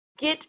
Get